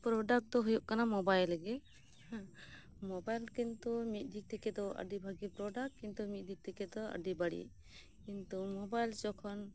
product ᱫᱚ ᱦᱳᱭᱳᱜ ᱠᱟᱱᱟ ᱢᱳᱵᱟᱭᱤᱞ ᱜᱮ ᱦᱮᱸ ᱢᱳᱵᱟᱭᱤᱞ ᱠᱤᱱᱛᱩ ᱢᱤᱫ ᱫᱤᱠ ᱛᱷᱮᱠᱮ ᱫᱚ ᱟᱰᱤ ᱵᱷᱟᱜᱮᱹ ᱯᱨᱚᱰᱟᱠᱴ ᱠᱤᱱᱛᱩ ᱢᱤᱫ ᱫᱤᱠ ᱛᱷᱮᱠᱮ ᱫᱚ ᱟᱰᱤ ᱵᱟᱲᱤᱡ ᱠᱤᱱᱛᱩ ᱢᱳᱵᱟᱭᱤᱞ ᱡᱚᱠᱷᱚᱱ